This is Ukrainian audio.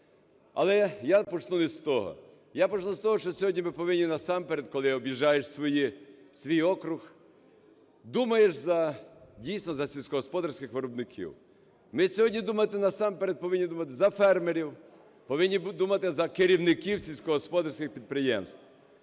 я почну з того, що сьогодні ми повинні насамперед, коли об'їжджаєш свій округ, думаєш дійсно за сільськогосподарських виробників. Ми сьогодні насамперед повинні думати за фермерів, повинні думати за керівників сільськогосподарських підприємств.